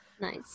nice